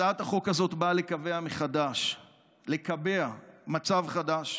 הצעת החוק הזאת באה לקבע מצב חדש,